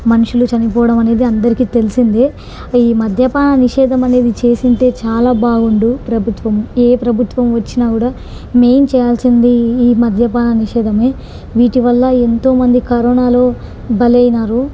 మనుషులు చనిపోడం అనేది అందరికి తెలిసిందే ఈ మద్యపాన నిషేధం అనేది చేసి ఉంటే చాలా బాగుండు ప్రభుత్వము ఏ ప్రభుత్వం వచ్చినా కూడా మెయిన్ చేయాల్సింది ఈ మద్యపాన నిషేధం వీటి వల్ల ఎంతో మంది కరోనాలో బలి అయినారు